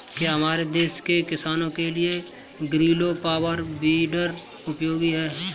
क्या हमारे देश के किसानों के लिए ग्रीलो पावर वीडर उपयोगी है?